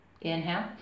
Inhale